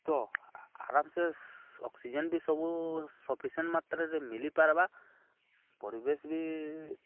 ତ ଆରାମସେ ଅକ୍ସିଜେନ୍ ବି ସବୁ ସଫିସିଏଣ୍ଟ ମାତ୍ରାରେ ମିଲିପାର୍ବା ପରିବେଶ ବି